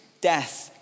death